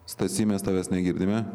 stasy mes tavęs negirdime